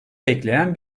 bekleyen